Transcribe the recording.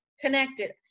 connected